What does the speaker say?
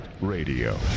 Radio